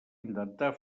intentar